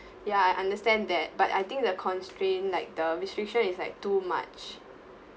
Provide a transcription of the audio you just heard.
yeah I understand that but I think the constraint like the restriction is like too much